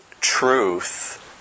truth